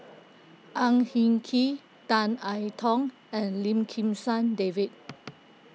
Ang Hin Kee Tan I Tong and Lim Kim San David